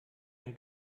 ein